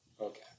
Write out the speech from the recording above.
Okay